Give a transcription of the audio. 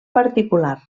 particular